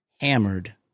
hammered